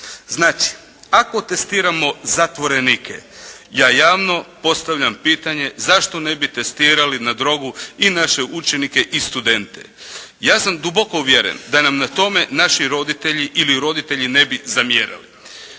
Znači ako testiramo zatvorenike, ja javno postavljam pitanje, zašto ne bi testirali na drogu i naše učenike i studente. Ja sam duboko uvjeren da nam na tome naši roditelji ili roditelji ne bi zamjerali.